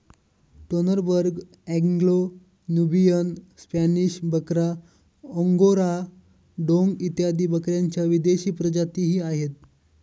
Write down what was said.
Toggenburg, Anglo Nubian, Spanish बकरा, Angora डोंग इत्यादी बकऱ्यांच्या विदेशी प्रजातीही आहेत